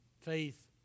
Faith